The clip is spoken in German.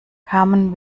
kamen